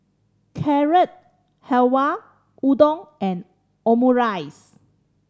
Carrot Halwa Udon and Omurice